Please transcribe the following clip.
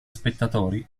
spettatori